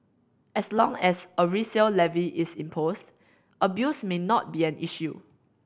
as long as a resale levy is imposed abuse may not be an issue